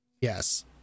Yes